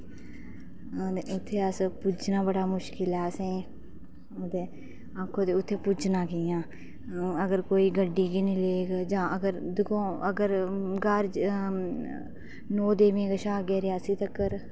ते उत्थै असें पुज्जना बड़ा मुश्कल ऐ असें ते उत्थै पुज्जना कियां अगर कोई गड्डी गै निं लेग ते दिक्खो आं ग्हार नौ देवियें कशा अग्गें रियासी तगर